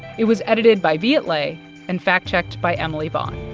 it was edited by viet le and fact-checked by emily vaughn.